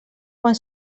quan